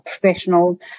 professional